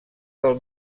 del